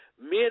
men